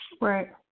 Right